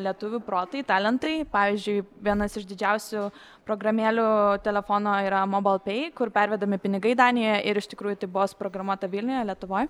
lietuvių protai talentai pavyzdžiui vienas iš didžiausių programėlių telefono yra mobal pei kur pervedami pinigai danijoje ir iš tikrųjų tai buvo suprogramuota vilniuje lietuvoj